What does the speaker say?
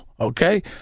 okay